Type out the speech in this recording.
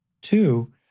Two